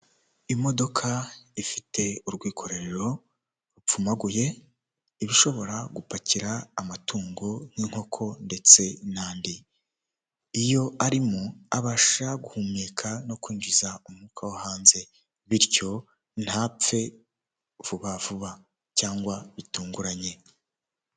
Imodoka ifite urwikorero rupfumaguye ibishobora gupakira amatungo nk'inkoko ndetse n'andi, iyo arimo abasha guhumeka no kwinjiza umwuka wo hanze bityo ntapfe vuba vuba cyangwa bitunguranye.